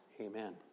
Amen